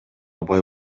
бай